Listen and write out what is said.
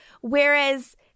whereas